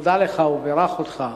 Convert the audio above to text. שהודה לך ובירך אותך